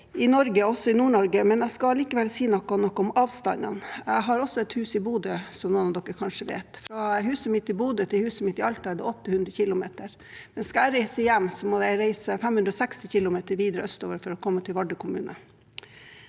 i Norge, også i Nord-Norge, men jeg skal likevel si noe om avstandene. Jeg har et hus i Bodø, som noen her kanskje vet. Fra huset mitt i Bodø til huset mitt i Alta er det 800 km. Skal jeg reise hjem, må jeg reise 560 km videre østover for å komme til Vardø kommune.